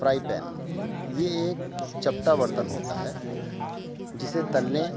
fry pan یہ ایک چپٹا برتن ہوتا ہے جسے تلنے